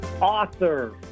author